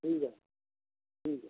ठीक आहे ठीक आहे